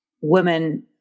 women